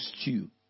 stew